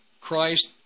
Christ